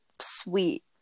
sweet